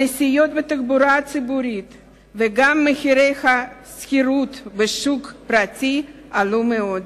הנסיעות בתחבורה הציבורית וגם מחירי השכירות בשוק הפרטי עלו מאוד.